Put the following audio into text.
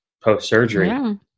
post-surgery